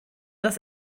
das